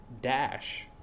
dash